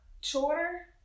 shorter